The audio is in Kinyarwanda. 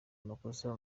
amakosa